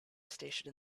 station